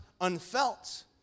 unfelt